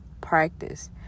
practice